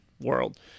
world